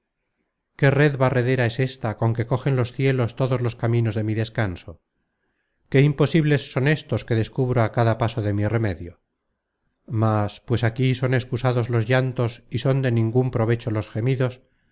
qué red barredera es ésta con que cogen los cielos todos los caminos de mi descanso qué imposibles son éstos que descubro á cada paso de mi remedio mas pues aquí son excusados los llantos content from google book search generated at y son de ningun provecho los gemidos